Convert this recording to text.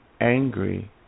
angry